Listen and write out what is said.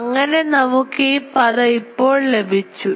അങ്ങനെ നമുക്ക് ഈ പദം ഇപ്പോൾ ലഭിച്ചു